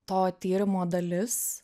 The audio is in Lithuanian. to tyrimo dalis